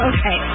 Okay